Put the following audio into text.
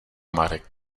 marek